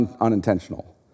unintentional